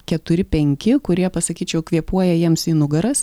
keturi penki kurie pasakyčiau kvėpuoja jiems į nugaras